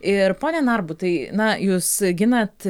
ir pone narbutai na jūs ginat